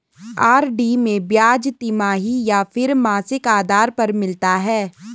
RD में ब्याज तिमाही या फिर मासिक आधार पर मिलता है?